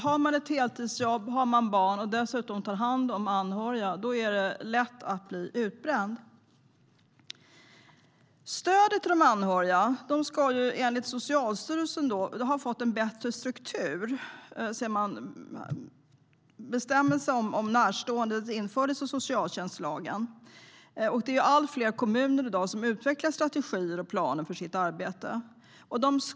Har man ett heltidsjobb och barn och dessutom tar hand om anhöriga är det lätt hänt att man blir utbränd. Enligt Socialstyrelsen har stödet till de anhöriga fått en bättre struktur sedan bestämmelsen om närstående infördes i socialtjänstlagen. Allt fler kommuner utvecklar i dag strategier och planer för sitt arbete.